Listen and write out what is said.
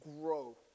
grow